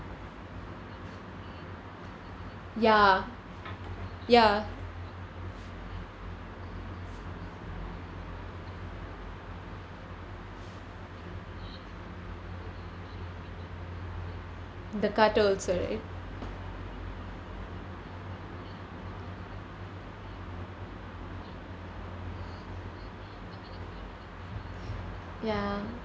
ya ya the card also right ya